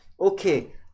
Okay